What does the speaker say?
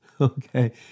okay